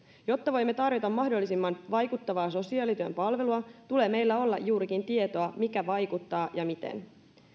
jotta voimme tarjota mahdollisimman vaikuttavaa sosiaalityön palvelua tulee meillä olla juurikin tietoa siitä mikä vaikuttaa ja miten